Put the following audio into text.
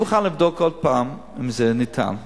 אני מוכן לבדוק עוד פעם, אם זה ניתן.